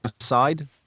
aside